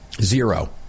Zero